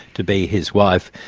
to be his wife.